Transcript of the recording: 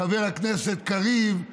לחבר הכנסת קריב,